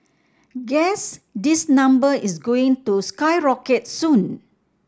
guess this number is going to skyrocket soon